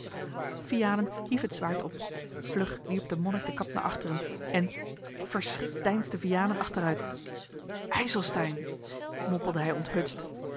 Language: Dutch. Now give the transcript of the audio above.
vianen hier het zwaard op vlug wierp de monnik de kap naar achteren en verschrikt deinsde vianen achteruit ijselstein mompelde hij onthutst